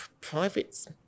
private